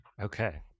Okay